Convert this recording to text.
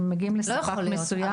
אם מגיעים לספק מסוים --- לא יכול להיות.